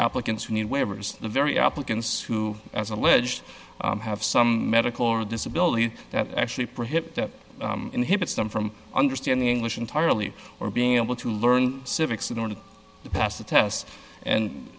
applicants who need waivers the very applicants who as alleged have some medical or disability that actually prohibit inhibits them from understanding english entirely or being able to learn civics in order to pass the test and